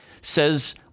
says